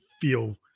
feel